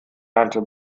ernte